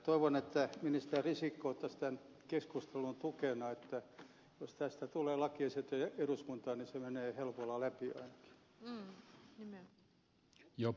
toivon että ministeri risikko ottaisi tämän keskustelun tukena jos tästä tulee lakiesitys eduskuntaan niin se menee helpolla läpi ainakin